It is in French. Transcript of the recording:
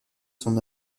son